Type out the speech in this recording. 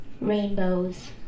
rainbows